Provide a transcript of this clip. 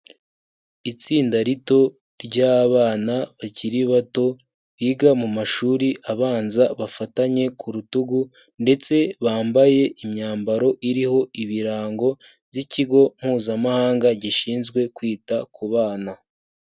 Itsinda rito ry'abana bakiri bato, biga mu mashuri abanza bafatanye ku rutugu ndetse bambaye imyambaro iriho ibirango by'ikigo mpuzamahanga, gishinzwe kwita ku bana.